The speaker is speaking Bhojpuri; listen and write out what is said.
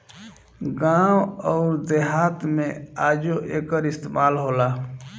गावं अउर देहात मे आजो एकर इस्तमाल होला